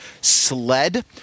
sled